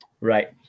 Right